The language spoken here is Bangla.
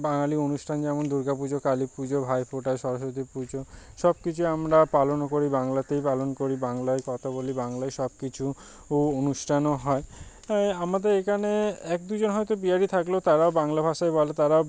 বাঙালি অনুষ্ঠান যেমন দুর্গা পুজো কালী পুজো ভাইফোঁটা সরস্বতী পুজো সব কিছু আমরা পালনও করি বাংলাতেই পালন করি বাংলায় কথা বলি বাংলায় সব কিছু উ অনুষ্ঠানও হয় আমাদের এখানে এক দুইজন হয়তো বিহারি থাকলেও তারাও বাংলা ভাষাই বলে তারাও